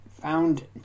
found